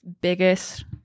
biggest